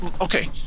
okay